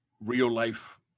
real-life